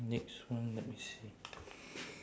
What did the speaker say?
next one let me see